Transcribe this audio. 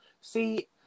see